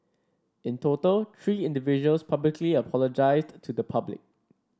in total three individuals publicly apologised to the public